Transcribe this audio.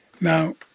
Now